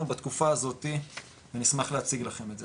בתקופה הזאתי ונשמח להציג לכם את זה.